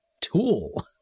tool